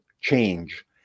change